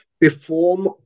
perform